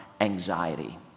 anxiety